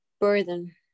burden